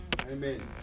Amen